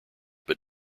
but